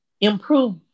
improve